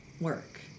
work